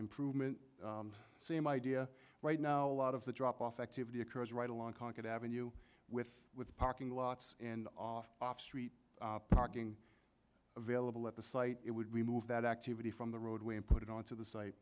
improvement same idea right now of the drop off activity occurs right along concord avenue with with parking lots in off off street parking available at the site it would remove that activity from the roadway and put it onto the site